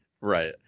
right